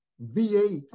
V8